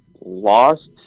lost